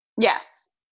Yes